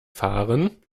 fahren